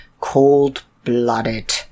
cold-blooded